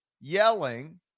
yelling